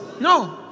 No